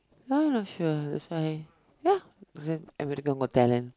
that one I not sure that's why ya as in America-Got-Talent